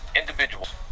individuals